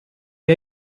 que